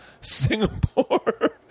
Singapore